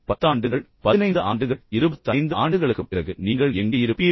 5 ஆண்டுகள் 10 ஆண்டுகள் 15 ஆண்டுகள் 25 ஆண்டுகளுக்குப் பிறகு நீங்கள் எங்கே இருப்பீர்கள்